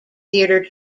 theatre